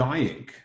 Dying